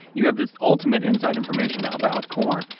you have this ultimate inside information about corn,